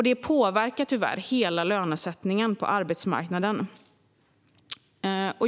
Det påverkar tyvärr hela lönesättningen på arbetsmarknaden.